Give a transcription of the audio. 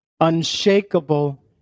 Unshakable